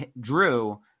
Drew